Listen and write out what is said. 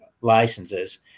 licenses